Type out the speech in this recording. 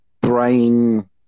brain